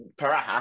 Paraha